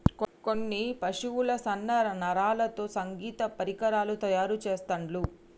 కొన్ని పశువుల సన్న నరాలతో సంగీత పరికరాలు తయారు చెస్తాండ్లు